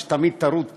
שתמיד טרוד פה,